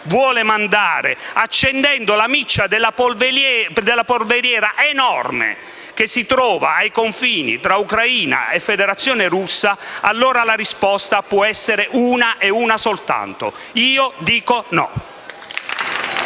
vuole mandare, accendendo la miccia dell'enorme polveriera che si trova ai confini tra Ucraina e Federazione russa, allora la risposta può essere una soltanto: «Io dico no!».